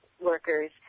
workers